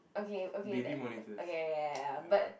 okay okay that okay ya ya ya ya but